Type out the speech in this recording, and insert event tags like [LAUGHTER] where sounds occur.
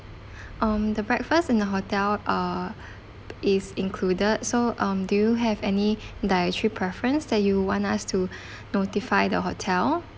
[BREATH] um the breakfast in the hotel uh is included so um do you have any dietary preference that you want us to [BREATH] notify the hotel